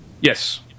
Yes